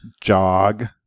Jog